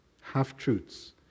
Half-truths